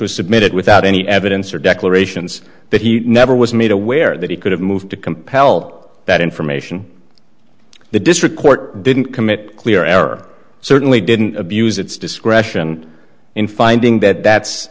was submitted without any evidence or declarations that he never was made aware that he could have moved to compel that information the district court didn't commit clear error certainly didn't abuse its discretion in finding that that's